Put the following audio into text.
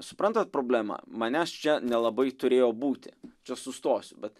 suprantat problemą manęs čia nelabai turėjo būti čia sustosiu bet